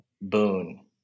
boon